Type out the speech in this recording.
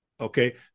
Okay